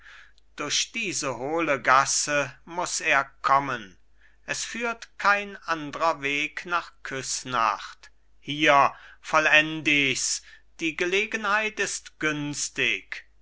durch diese hohle gasse muss er kommen es führt kein andrer weg nach küssnacht hier vollend ich's die gelegenheit ist günstig